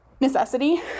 necessity